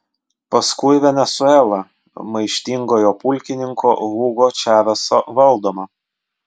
paskui venesuela maištingojo pulkininko hugo čaveso valdoma